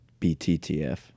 BTTF